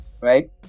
right